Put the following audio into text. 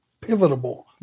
pivotal